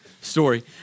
story